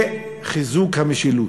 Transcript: לחיזוק המשילות.